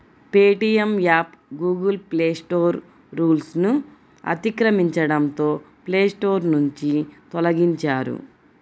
Paytm app Google play store రూల్స్ను అతిక్రమించడంతో play store నుంచి తొలగించారు